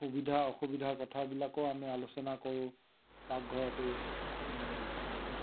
সুবিধা অসুবিধাৰ কথাবিলাকো আমি আলোচনা কৰোঁ পাকঘৰতেই এই